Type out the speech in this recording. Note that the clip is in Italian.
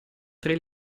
tre